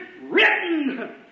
written